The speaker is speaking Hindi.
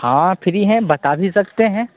हाँ फ्री है बता भी सकते हैं